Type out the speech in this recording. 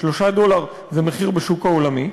3 דולר זה המחיר בשוק העולמי,